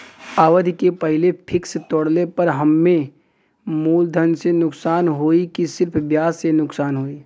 अवधि के पहिले फिक्स तोड़ले पर हम्मे मुलधन से नुकसान होयी की सिर्फ ब्याज से नुकसान होयी?